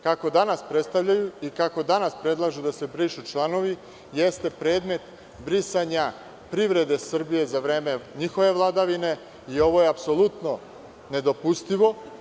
Kako danas predstavljaju i kako danas predlažu da se brišu članovi, jeste predmet brisanja privrede Srbije za vreme njihove vladavine i ovo je apsolutno nedopustivo.